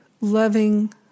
loving